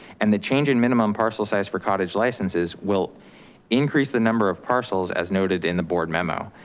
and the change in minimum parcel size for cottage licenses will increase the number of parcels as noted in the board memo.